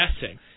guessing